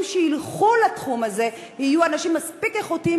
שילכו לתחום הזה יהיו אנשים מספיק איכותיים,